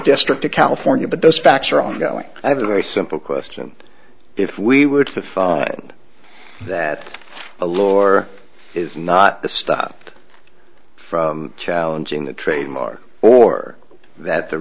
district of california but those facts are ongoing i have a very simple question if we would find that allure is not stopped for challenging the trademark or that the